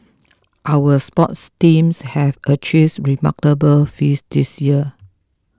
our sports teams have achieves remarkable feats this year